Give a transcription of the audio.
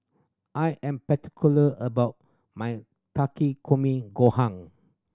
I am particular about my Takikomi Gohan